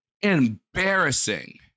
Embarrassing